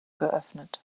geöffnet